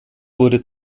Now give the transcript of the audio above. wurde